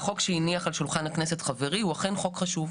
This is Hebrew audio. והחוק שהניח על שולחן הכנסת חברי הוא באמת חוק חשוב.